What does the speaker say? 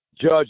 Judge